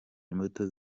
imbuto